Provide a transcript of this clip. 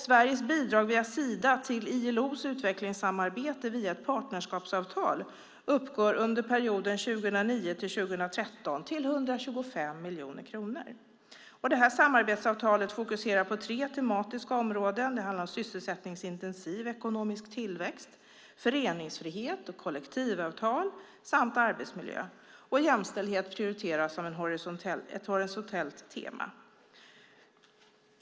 Sveriges bidrag via Sida till ILO:s utvecklingssamarbete via ett partnerskapsavtal uppgår under perioden 2009-2013 till 125 miljoner kronor. Det här samarbetsavtalet fokuserar på tre tematiska områden. Det handlar om sysselsättningsintensiv ekonomisk tillväxt, föreningsfrihet och kollektivavtal samt arbetsmiljö. Jämställdhet prioriteras som ett horisontellt tema.